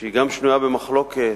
שהיא שנויה במחלוקת?